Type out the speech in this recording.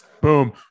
Boom